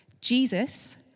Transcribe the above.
Jesus